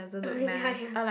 uh ya ya